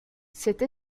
cette